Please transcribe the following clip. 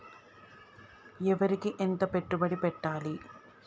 వరికి ఎంత పెట్టుబడి పెట్టాలి?